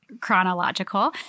chronological